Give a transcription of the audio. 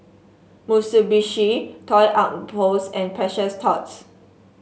Mitsubishi Toy Outpost and Precious Thots